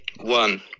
One